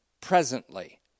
presently